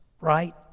right